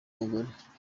mugore